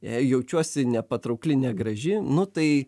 jei jaučiuosi nepatraukli negraži nu tai